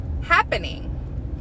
happening